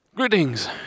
Greetings